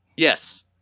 Yes